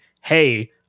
hey